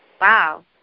Wow